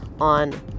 on